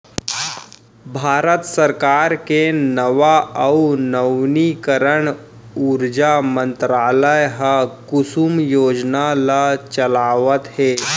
भारत सरकार के नवा अउ नवीनीकरन उरजा मंतरालय ह कुसुम योजना ल चलावत हे